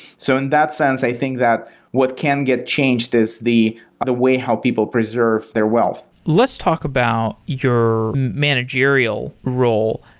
so in that sense, i think that what can get changed is the the way help people preserve their wealth. let's talk about your managerial role.